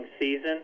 season